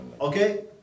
Okay